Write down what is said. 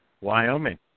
Wyoming